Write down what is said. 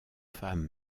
femme